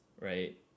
right